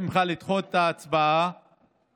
כי